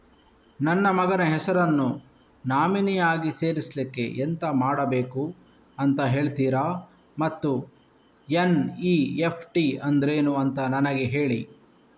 ನನ್ನ ಮಗನ ಹೆಸರನ್ನು ನಾಮಿನಿ ಆಗಿ ಸೇರಿಸ್ಲಿಕ್ಕೆ ಎಂತ ಮಾಡಬೇಕು ಅಂತ ಹೇಳ್ತೀರಾ ಮತ್ತು ಎನ್.ಇ.ಎಫ್.ಟಿ ಅಂದ್ರೇನು ಅಂತ ನನಗೆ ಹೇಳಿ